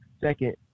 second